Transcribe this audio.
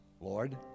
Lord